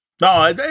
No